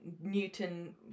Newton